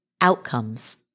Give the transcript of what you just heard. outcomes